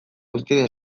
guztien